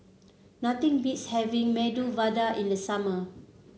nothing beats having Medu Vada in the summer